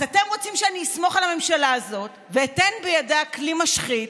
אז אתם רוצים שאני אסמוך על הממשלה הזאת ואתן בידה כלי משחית,